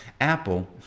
Apple